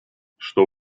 что